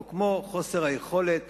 או כמו חוסר היכולת